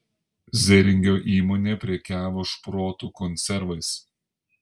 zeringio įmonė prekiavo šprotų konservais